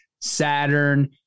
saturn